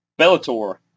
Bellator